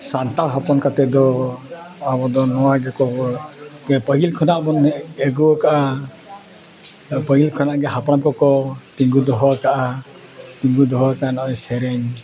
ᱥᱟᱱᱛᱟᱲ ᱦᱚᱯᱚᱱ ᱠᱟᱛᱮ ᱫᱚ ᱟᱵᱚ ᱫᱚ ᱱᱚᱣᱟ ᱜᱮᱠᱚ ᱯᱟᱹᱦᱤᱞ ᱠᱷᱚᱱᱟᱜ ᱵᱚᱱ ᱟᱹᱜᱩ ᱠᱟᱜᱼᱟ ᱯᱟᱹᱦᱤᱞ ᱠᱷᱚᱱᱟᱜ ᱜᱮ ᱦᱟᱯᱲᱟᱢ ᱠᱚᱠᱚ ᱛᱤᱸᱜᱩ ᱫᱚᱦᱚ ᱠᱟᱜᱼᱟ ᱛᱤᱸᱜᱩ ᱫᱚᱦᱚ ᱠᱟᱜ ᱱᱚᱜᱼᱚᱸᱭ ᱥᱮᱨᱮᱧ